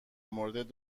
مورد